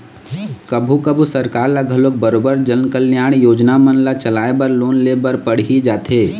कभू कभू सरकार ल घलोक बरोबर जनकल्यानकारी योजना मन ल चलाय बर लोन ले बर पड़ही जाथे